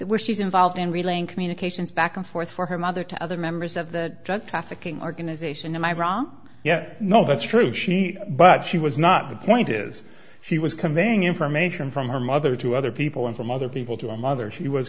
were she's involved in relaying communications back and forth for her mother to other members of the drug trafficking organization in iraq yeah i know that's true she but she was not the point is she was conveying information from her mother to other people and from other people to a mother she was